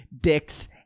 dicks